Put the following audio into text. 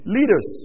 Leaders